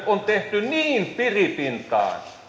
on tehty niin piripintaan